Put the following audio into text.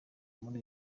muri